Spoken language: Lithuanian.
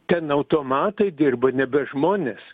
ten automatai dirba nebe žmonės